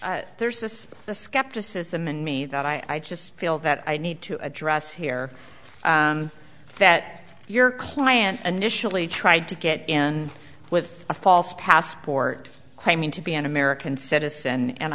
there's this the skepticism and me that i just feel that i need to address here that your client initially tried to get in with a false passport claiming to be an american citizen and